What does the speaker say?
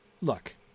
look